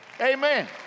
Amen